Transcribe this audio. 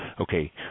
okay